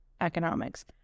economics